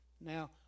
Now